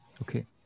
Okay